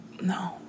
no